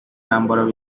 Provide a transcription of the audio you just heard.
number